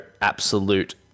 absolute